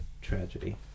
tragedy